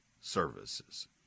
Services